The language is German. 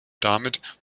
damit